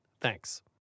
Thanks